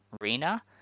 Rina